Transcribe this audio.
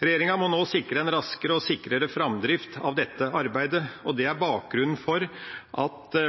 Regjeringa må nå sikre en raskere og sikrere framdrift av dette arbeidet, og det er bakgrunnen for at